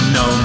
no